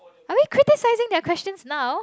are we criticizing their questions now